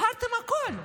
הפרתם הכול.